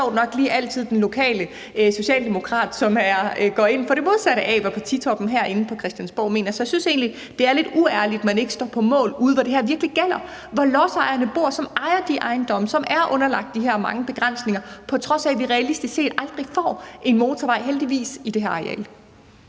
man sjovt nok altid lige den lokale socialdemokrat, som går ind for det modsatte af, hvad partitoppen herinde på Christiansborg mener. Så jeg synes egentlig, det er lidt uærligt, at man ikke står på mål for det derude, hvor det virkelig gælder, og hvor lodsejerne bor, som ejer de ejendomme, som er underlagt de her mange begrænsninger, på trods af at vi realistisk set aldrig får en motorvej – heldigvis – på det her areal.